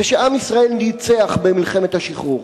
ושעם ישראל ניצח במלחמת השחרור.